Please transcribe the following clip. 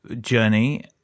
journey